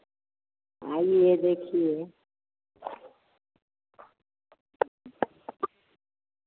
आइए देखिए